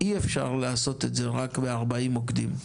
אי אפשר לעשות את זה רק ב-40 מוקדים.